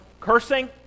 cursing